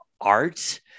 art